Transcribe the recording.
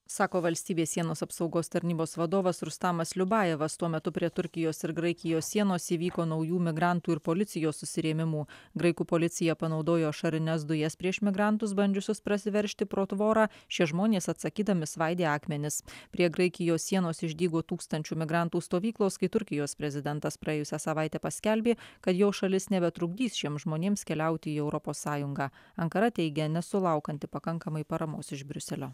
sako valstybės sienos apsaugos tarnybos vadovas rustamas liubajevas tuo metu prie turkijos ir graikijos sienos įvyko naujų migrantų ir policijos susirėmimų graikų policija panaudojo ašarines dujas prieš migrantus bandžiusius prasiveržti pro tvorą šie žmonės atsakydami svaidė akmenis prie graikijos sienos išdygo tūkstančių migrantų stovyklos kai turkijos prezidentas praėjusią savaitę paskelbė kad jo šalis nebetrukdys šiems žmonėms keliauti į europos sąjungą ankara teigia nesulaukianti pakankamai paramos iš briuselio